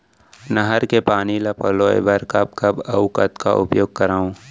नहर के पानी ल पलोय बर कब कब अऊ कतका उपयोग करंव?